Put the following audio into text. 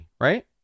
right